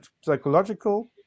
psychological